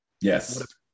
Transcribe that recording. yes